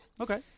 Okay